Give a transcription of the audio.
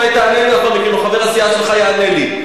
ואולי תענה לי או חבר הסיעה שלך יענה לי.